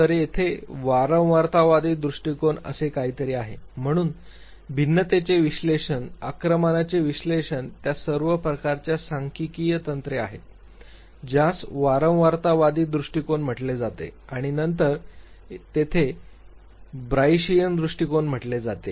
तर तेथे वारंवारतावादी दृष्टिकोन असे काहीतरी आहे म्हणून भिन्नतेचे विश्लेषण आक्रमणाचे विश्लेषण त्या सर्व प्रकारच्या सांख्यिकीय तंत्रे आहेत ज्यास वारंवारतावादी दृष्टिकोन म्हटले जाते आणि नंतर तेथे बाईशियन दृष्टिकोन म्हटले जाते